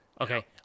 Okay